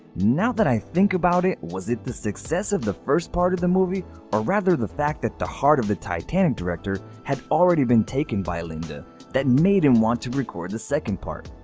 now that i think about it, was it the success of the first part of the movie or rather the fact that the heart of the titanic director had already been taken by linda that made him want to record the second part?